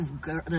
girl